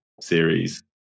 series